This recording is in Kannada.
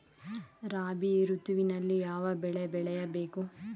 ರಾಬಿ ಋತುವಿನಲ್ಲಿ ಯಾವ ಬೆಳೆ ಬೆಳೆಯ ಬೇಕು?